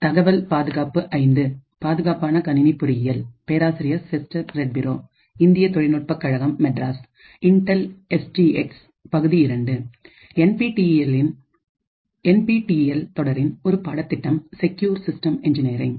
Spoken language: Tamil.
என்பிடிஇஎல் தொடரின் ஒரு பாடத்திட்டம் செக்யூர் சிஸ்டம்ஸ் இன்ஜினியரிங்